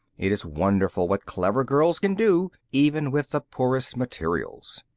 it is wonderful what clever girls can do, even with the poorest materials.